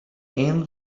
aon